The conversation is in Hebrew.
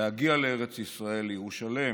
להגיע לארץ ישראל, לירושלם,